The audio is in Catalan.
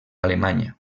alemanya